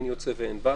אין יוצא ואין בא.